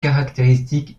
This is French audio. caractéristique